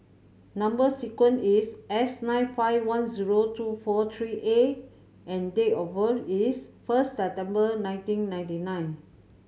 number sequence is S nine five one zero two four three A and date of birth is first September nineteen ninety nine